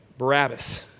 Barabbas